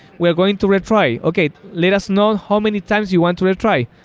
we're going to retry. okay. let us know how many times you want to retry,